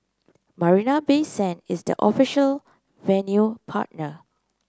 Marina Bay Sand is the official venue partner